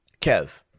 Kev